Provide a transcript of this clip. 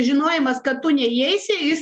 žinojimas kad tu neįeisi jis